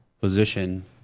position